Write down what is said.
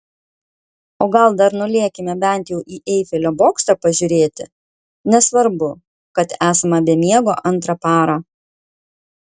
o gal dar nulėkime bent jau į eifelio bokštą pažiūrėti nesvarbu kad esame be miego antrą parą